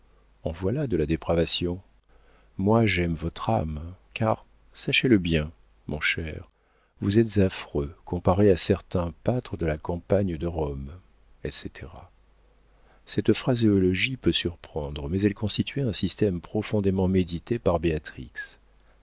en voilà de la dépravation moi j'aime votre âme car sachez-le bien mon cher vous êtes affreux comparé à certains pâtres de la campagne de rome etc cette phraséologie peut surprendre mais elle constituait un système profondément médité par béatrix